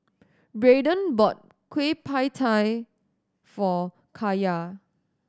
Braiden bought Kueh Pie Tee for Kaya